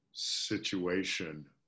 Situation